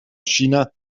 china